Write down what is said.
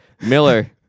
Miller